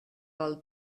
del